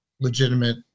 legitimate